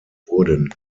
wurden